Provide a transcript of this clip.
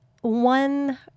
one